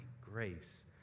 grace